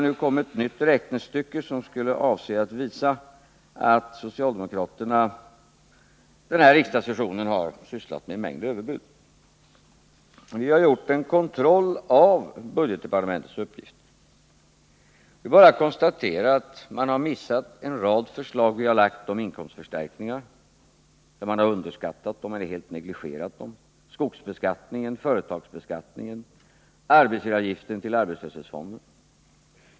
Nu kom ett nytt räknestycke, som skulle avse att visa att socialdemokraterna under den här riksdagssessionen har sysslat med en mängd överbud. Vi har gjort en kontroll av budgetdepartementets uppgifter. Det är bara att konstatera att man har missat en rad förslag som vi har lagt fram om inkomstförstärkningar. Man har underskattat eller helt negligerat våra förslag om skogsbeskattningen, företagsbeskattningen och arbetsgivaravgiften till arbetslöshetsfonden.